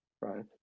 right